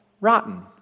rotten